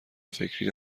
فکری